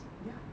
ya